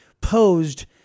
posed